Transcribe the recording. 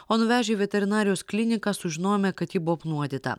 o nuvežę į veterinarijos kliniką sužinojome kad ji buvo apnuodyta